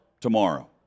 tomorrow